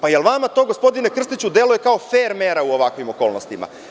Da li vama to, gospodine Krstiću, deluje kao fer mera u ovakvim okolnostima?